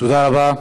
תודה רבה.